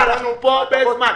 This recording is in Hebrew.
אנחנו כאן הרבה זמן.